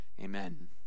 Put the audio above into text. Amen